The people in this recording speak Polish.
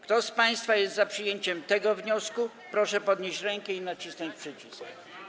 Kto z państwa jest za przyjęciem tego wniosku, proszę podnieść rękę i nacisnąć przycisk.